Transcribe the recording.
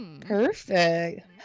Perfect